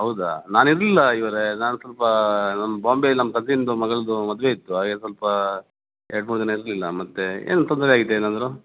ಹೌದಾ ನಾನು ಇರಲಿಲ್ಲ ಇವರೆ ನಾನು ಸ್ವಲ್ಪಾ ನಾನು ಬಾಂಬೈಲಿ ನಮ್ಮ ಕಸಿನ್ದು ಮಗಳ್ದು ಮದುವೆಯಿತ್ತು ಹಾಗೆ ಸ್ವಲ್ಪಾ ಎರಡು ಮೂರು ದಿನ ಇರಲಿಲ್ಲ ಮತ್ತೆ ಏನು ತೊಂದರೆಯಾಗಿತ್ತ ಏನಾದರು